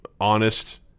honest